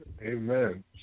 Amen